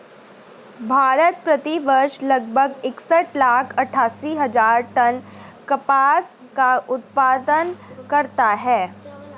भारत, प्रति वर्ष लगभग इकसठ लाख अट्टठासी हजार टन कपास का उत्पादन करता है